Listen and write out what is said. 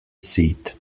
seat